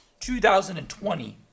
2020